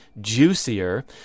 juicier